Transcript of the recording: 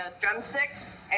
drumsticks